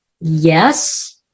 Yes